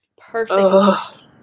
perfect